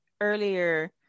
earlier